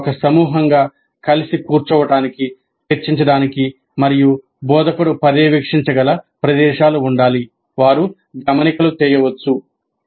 వారు ఒక సమూహంగా కలిసి కూర్చోవడానికి చర్చించడానికి మరియు బోధకుడు పర్యవేక్షించగల ప్రదేశాలు ఉండాలి వారు గమనికలు చేయవచ్చు